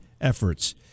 efforts